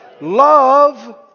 Love